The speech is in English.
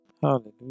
Hallelujah